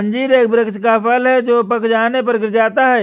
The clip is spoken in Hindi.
अंजीर एक वृक्ष का फल है जो पक जाने पर गिर जाता है